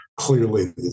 clearly